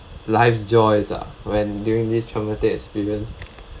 life's joys ah when during this traumatic experience